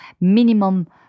minimum